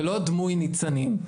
זה לא דמוי ניצנים.